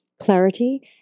clarity